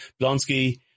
Blonsky